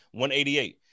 188